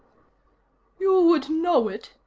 you would know it,